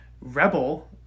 Rebel